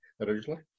originally